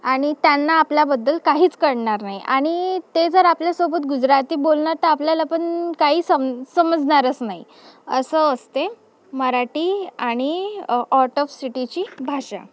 आणि त्यांना आपल्याबद्दल काहीच कळणार नाही आणि ते जर आपल्यासोबत गुजराती बोलणार तर आपल्याला पण काही सम समजणारच नाही असं असते मराठी आणि ऑट ऑफ सिटीची भाषा